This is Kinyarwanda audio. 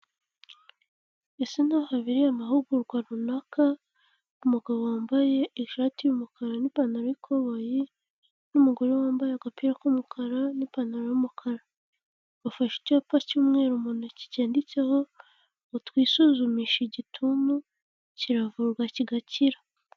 Bisa naho habereye amahugurwa runaka, umugabo wambaye ishati y'umukara n'ipantaro ikoboyi n'umugore wambaye agapira k'umukara n'ipantaro y'umukara, bafashe icyapa cy'umweru mu ntoki cyanditseho ngo twisuzumishe igituntu kiravurwa kigakira.